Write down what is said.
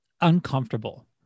uncomfortable